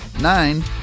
nine